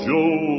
Joe